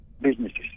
businesses